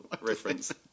reference